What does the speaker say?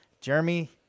Jeremy